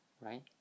right